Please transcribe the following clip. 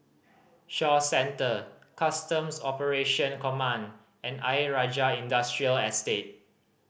Shaw Centre Customs Operation Command and Ayer Rajah Industrial Estate